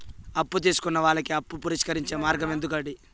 అప్పు తీసుకున్న వాళ్ళకి అప్పు పరిష్కరించే మార్గం ఇదొకటి